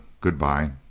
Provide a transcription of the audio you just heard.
Goodbye